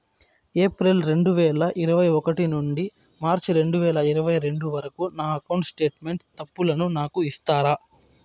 April రెండు వేల ఇరవై ఒకటి నుండి మార్చ్ రెండు వేల ఇరవై రెండు వరకు నా అకౌంట్ స్టేట్మెంట్ తప్పులను నాకు ఇస్తారా?